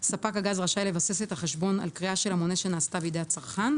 ספק הגז רשאי לבסס את החשבון על קריאה של המונה שנעשתה בידי הצרכן,